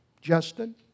Justin